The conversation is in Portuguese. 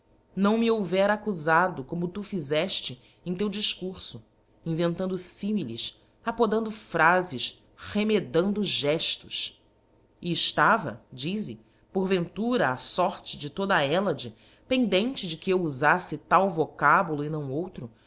não m houvera accufado como tu fizefte em teu difcurfo inventando funiles apodando phrafes remedando geftos e eftava dize porventura a forte de toda a hellade pendente de que eu ufaífe tal vocábulo e nâo outro